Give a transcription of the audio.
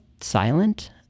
silent